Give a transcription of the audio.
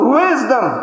wisdom